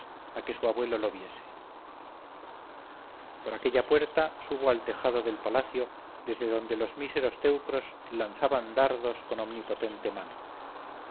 a que su abuelo lo viese por aquella puerta subo al tejado del palacio desde donde los míseros teucros lanzaban dardos con omnipotente mano